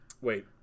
Wait